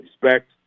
respect